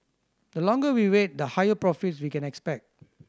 the longer we wait the higher profits we can expect